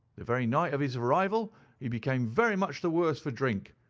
the very night of his arrival he became very much the worse for drink,